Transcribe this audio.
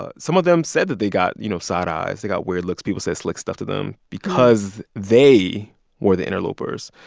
ah some of them said that they got, you know, side eyes. they got weird looks. people said slick stuff to them because they were the interlopers.